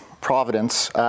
Providence